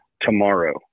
tomorrow